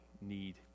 need